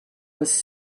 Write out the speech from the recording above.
was